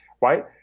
right